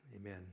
Amen